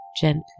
gently